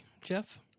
Jeff